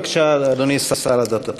בבקשה, אדוני השר לשירותי דת.